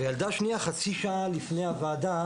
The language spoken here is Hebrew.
והילדה השנייה חצי שעה לפני הוועדה